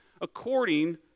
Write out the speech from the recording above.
according